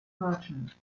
merchant